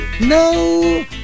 No